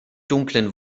dunklen